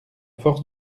force